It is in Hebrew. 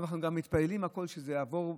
אנחנו מתפללים גם שכל זה יעבור בשלום.